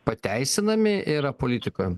pateisinami yra politikoj